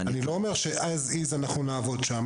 אני לא אומר שאנחנו נעבוד שם as is.